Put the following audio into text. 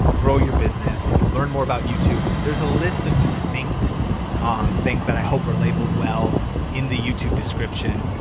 grow your business, learn more about youtube, there's a list of distinct um things that i hope are labeled well in the youtube description,